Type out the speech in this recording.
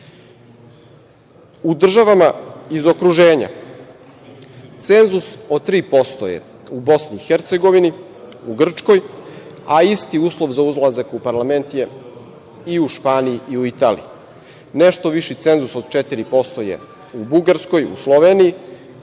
državama iz okruženja cenzus od 3% je u Bosni i Hercegovini, u Grčkoj, a isti uslov za ulazak u parlament je i u Španiji i u Italiji. Nešto viši cenzus od 4% je u Bugarskoj, u Sloveniji